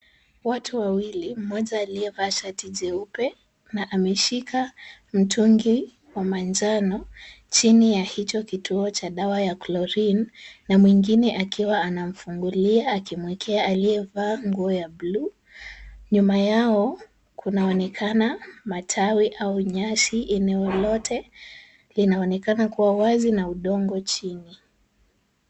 Watu wawili, mmoja aliyevaa shati jeupe na ameshika mtungi wa manjano, chini ya hicho kituo cha dawa ya Chlorine, na mwingine akiwa amemfungulia, akimwekea aliyevaa nguo ya blue . Nyuma yao kunaonekana matawi au nyasi. Eneo lote linaonekana kuwa wazi na udongo chini.